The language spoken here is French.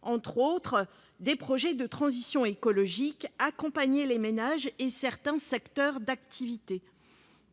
entre autres, des projets de transition écologique et à accompagner les ménages et certains secteurs d'activité.